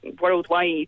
worldwide